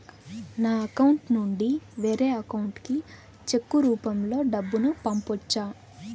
నా అకౌంట్ నుండి వేరే అకౌంట్ కి చెక్కు రూపం లో డబ్బును పంపొచ్చా?